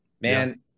man